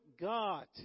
God